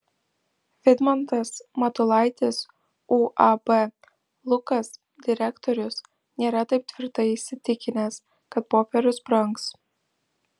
vidmantas matulaitis uab lukas direktorius nėra taip tvirtai įsitikinęs kad popierius brangs